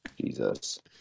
Jesus